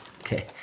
Okay